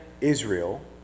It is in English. Israel